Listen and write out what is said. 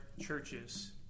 churches